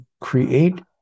create